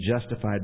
justified